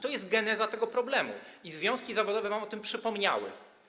To jest geneza tego problemu i związki zawodowe wam o tym przypomniały.